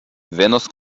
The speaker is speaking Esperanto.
venos